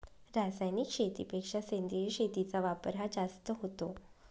रासायनिक शेतीपेक्षा सेंद्रिय शेतीचा वापर हा जास्त होतो